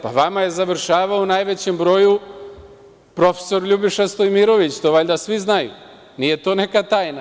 Pa, vama je završavao, u najvećem broju, profesor Ljubiša Stojmirović, to valjda svi znaju, nije to neka tajna.